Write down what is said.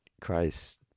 Christ